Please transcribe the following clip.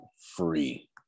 free